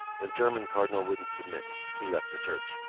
the german cardinal wouldn't submit. he left the church.